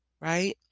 right